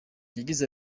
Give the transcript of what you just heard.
yagize